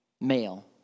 male